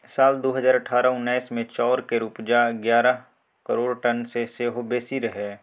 साल दु हजार अठारह उन्नैस मे चाउर केर उपज एगारह करोड़ टन सँ सेहो बेसी रहइ